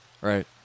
Right